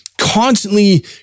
constantly